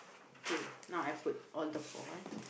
okay now I put all the four eh